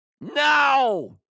No